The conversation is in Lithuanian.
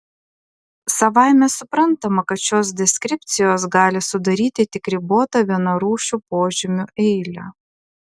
savaime suprantama kad šios deskripcijos gali sudaryti tik ribotą vienarūšių požymių eilę